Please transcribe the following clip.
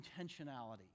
intentionality